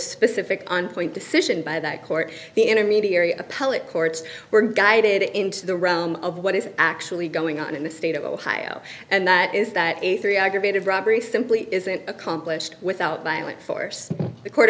specific on point decision by that court the intermediary appellate courts were guided into the realm of what is actually going on in the state of ohio and that is that a three aggravated robbery simply isn't accomplished without violent force the court